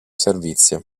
servizio